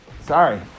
Sorry